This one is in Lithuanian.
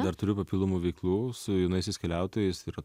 dar turiu papildomų veiklų su jaunaisiais keliautojais yra